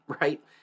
right